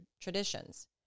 traditions